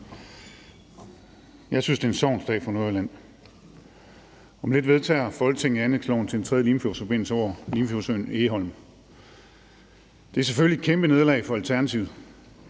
Jeg synes, det er en sorgens dag for Nordjylland. Om lidt vedtager Folketinget anlægsloven til en tredje Limfjordsforbindelse over Limfjordsøen Egholm. Det er selvfølgelig et kæmpe nederlag for Alternativet